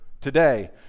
today